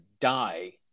die